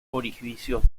orificios